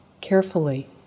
carefully